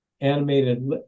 animated